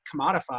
commodified